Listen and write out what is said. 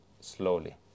slowly